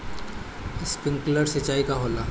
Sprinkler सिंचाई का होला?